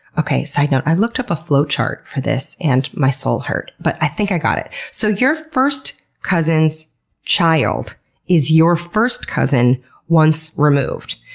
okay, so you know i looked up a flowchart for this and, my soul hurt, but i think i got it. so your first cousin's child is your first cousin once removed.